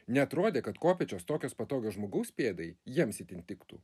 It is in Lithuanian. neatrodė kad kopėčios tokios patogios žmogaus pėdai jiems itin tiktų